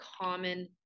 common